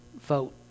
vote